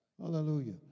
Hallelujah